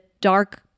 dark